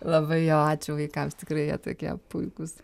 labai jo ačiū vaikams tikrai jie tokie puikūs